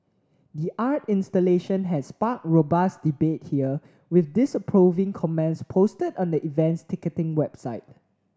the art installation had sparked robust debate here with disapproving comments posted on the event's ticketing website